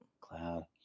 Cloud